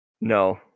No